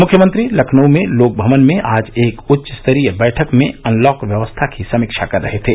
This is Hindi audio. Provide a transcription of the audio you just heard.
मुख्यमंत्री लखनऊ में लोक भवन में आज एक उच्च स्तरीय बैठक में अनलॉक व्यवस्था की समीक्षा कर रहे थे